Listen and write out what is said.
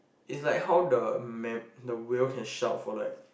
it's like how the ma~ the whale can shout for like